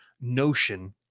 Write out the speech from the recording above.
notion